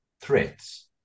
threats